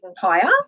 higher